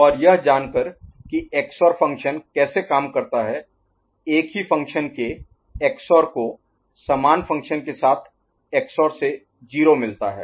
और यह जानकर कि XOR फंक्शन कैसे काम करता है एक ही फंक्शन के XOR को समान फंक्शन के साथ XOR से 0 मिलता है